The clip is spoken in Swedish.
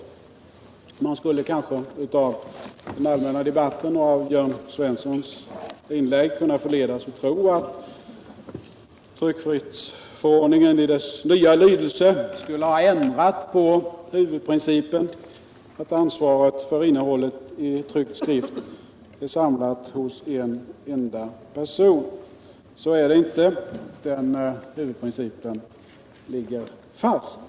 Man skulle av den allmänna debatten och av Jörn Svenssons inlägg kanske kunna förledas tro att tryckfrihetsförordningen i dess nya lydelse skulle ha ändrat på principen att ansvaret för innehållet i tryckt skrift är samlat hos en enda person. Så är det inte; den huvudprincipen ligger fast.